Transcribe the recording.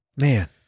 Man